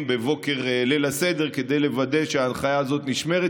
בבוקר ליל הסדר כדי לוודא שההנחיה הזאת נשמרת,